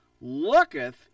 looketh